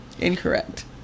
incorrect